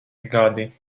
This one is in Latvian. gadi